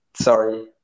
sorry